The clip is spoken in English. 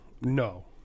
No